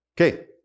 Okay